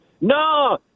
No